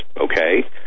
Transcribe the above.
okay